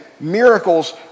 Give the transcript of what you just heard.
miracles